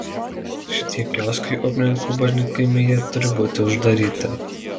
šitie kioskai upninkų bažnytkaimyje turi būti uždaryti